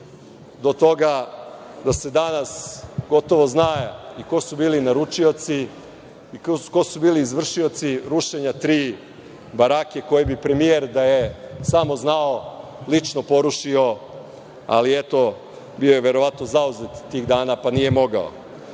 do toga da se danas gotovo zna i ko su bili naručioci i ko su bili izvršioci rušenja tri barake koje bi premijer da je samo znao lično porušio, ali eto, bio je verovatno zauzet tih dana, pa, nije